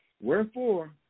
Wherefore